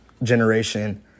Generation